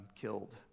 killed